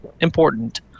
important